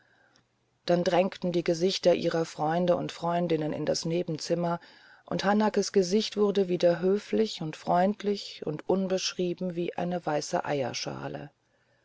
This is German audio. dann drängten die gesichter ihrer freunde und freundinnen in das nebenzimmer und hanakes gesicht wurde wieder höflich und freundlich und unbeschrieben wie eine weiße eierschale